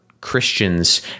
Christians